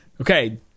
Okay